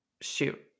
shoot